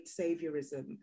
saviorism